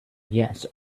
yes